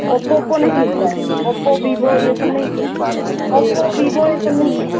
Oppo Oppo नहीं मिलता है ओप्पो वीवो ये सब नहीं मिलता है ओप्पो वीवो ये सब नहीं